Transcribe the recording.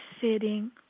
sitting